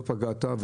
לא פגעת,